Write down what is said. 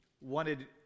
wanted